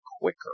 quicker